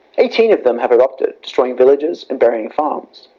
eighteen of them have erupted destroying villages and burying farms,